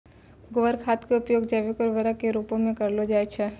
गोबर खाद के उपयोग जैविक उर्वरक के रुपो मे करलो जाय छै